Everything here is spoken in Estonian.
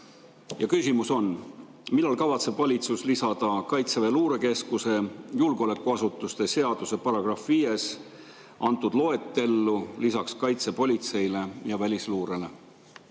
Ja küsimus on: millal kavatseb valitsus lisada Kaitseväe luurekeskuse julgeolekuasutuste seaduse §-s 5 antud loetellu lisaks kaitsepolitseile ja välisluurele?